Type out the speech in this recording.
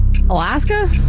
Alaska